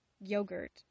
yogurt